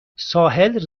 ساحل